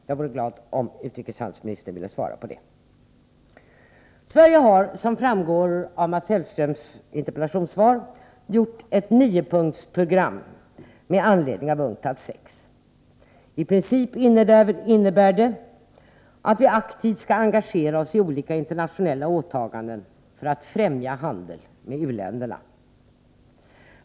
Jag vore glad om utrikeshandelsministern ville svara på det. Sverige har, som framgår av Mats Hellströms interpellationssvar, gjort ett niopunktsprogram med anledning av UNCTAD VI. I princip innebär det att vi aktivt skall engagera oss i olika internationella åtaganden för att främja handeln med u-länderna.